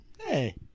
Hey